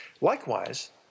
Likewise